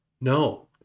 No